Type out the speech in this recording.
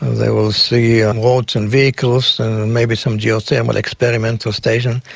they will see and roads and vehicles and maybe some geothermal experimental stations,